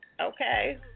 Okay